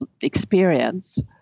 experience